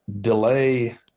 delay